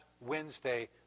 Wednesday